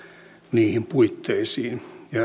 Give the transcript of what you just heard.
niihin puitteisiin minä